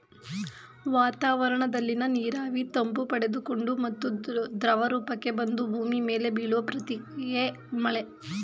ವಾತಾವರಣದಲ್ಲಿನ ನೀರಾವಿ ತಂಪು ಪಡೆದುಕೊಂಡು ಮತ್ತೆ ದ್ರವರೂಪಕ್ಕೆ ಬಂದು ಭೂಮಿ ಮೇಲೆ ಬೀಳುವ ಪ್ರಕ್ರಿಯೆಯೇ ಮಳೆ